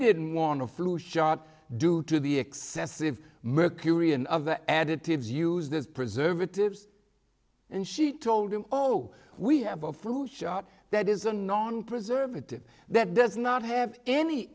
didn't want a flu shot due to the excessive mercury and of the additives used this preservatives and she told him oh we have a flu shot that is unknown preservative that does not have any